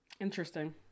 interesting